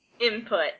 Input